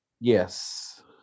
Yes